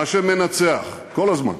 מה שמנצח, כל הזמן,